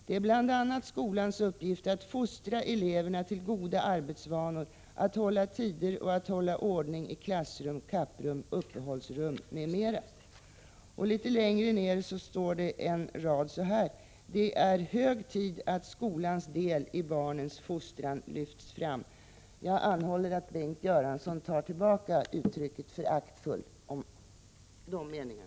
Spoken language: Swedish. Det är bl.a. skolans uppgift att fostra eleverna till goda arbetsvanor, att hålla tider och att hålla ordning i klassrum, kapprum, uppehållsrum m.m.” Litet längre ned står det så här: ”Det är hög tid att skolans del i barnens fostran lyfts fram.” Jag anhåller att Bengt Göransson tar tillbaka uttrycket föraktfullt om dessa meningar.